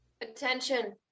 Attention